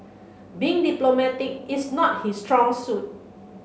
being diplomatic is not his strong suit